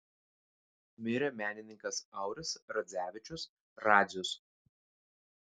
mirė menininkas auris radzevičius radzius